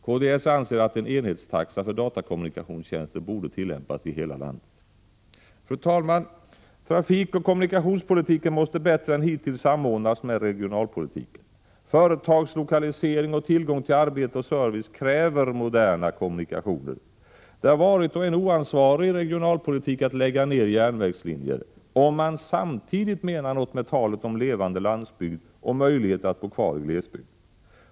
Kds menar att en enhetstaxa för datakommunikationstjänster borde tillämpas i hela landet. Fru talman! Trafikoch kommunikationspolitiken måste bättre än hittills samordnas med regionalpolitiken. Företagslokalisering och tillgång till arbete och service kräver moderna kommunikationer. Det har varit och är en oansvarig regionalpolitik att lägga ner järnvägslinjer, om man samtidigt menar något med talet om levande landsbygd och möjlighet att bo kvar i glesbygd.